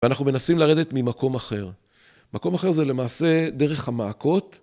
ואנחנו מנסים לרדת ממקום אחר, מקום אחר זה למעשה דרך המעקות.